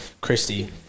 Christy